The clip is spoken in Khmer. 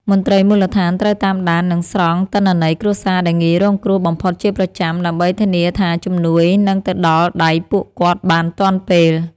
មន្ត្រីមូលដ្ឋានត្រូវតាមដាន និងស្រង់ទិន្នន័យគ្រួសារដែលងាយរងគ្រោះបំផុតជាប្រចាំដើម្បីធានាថាជំនួយនឹងទៅដល់ដៃពួកគាត់បានទាន់ពេល។